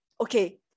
Okay